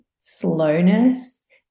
slowness